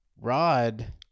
rod